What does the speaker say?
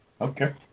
Okay